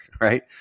right